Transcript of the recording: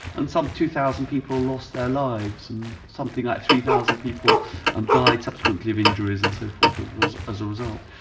and some two thousand people lost their lives and something like three thousand people um died subsequently of injuries and so forth as a result.